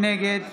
נגד